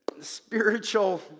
spiritual